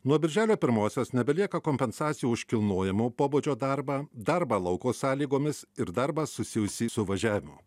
nuo birželio pirmosios nebelieka kompensacijų už kilnojamo pobūdžio darbą darbą lauko sąlygomis ir darbą susijusį su važiavimu